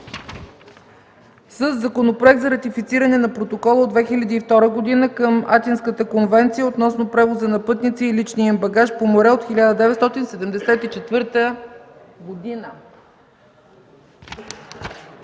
законопроекта за ратифициране на Протокола от 2002 г. към Атинската конвенция относно превоза на пътници и личния им багаж по море от 1974 г.